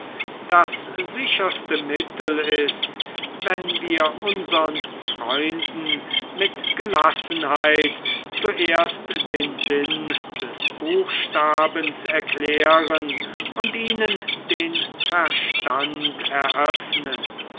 das sicherste mittel ist wenn wir unsern freunden mit gelassenheit zuerst den sinn des buchstabens erklären und ihnen den verstand eröffnen